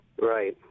Right